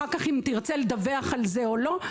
אחר כך אם תרצה לדווח על זה או לא,